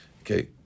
Okay